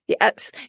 yes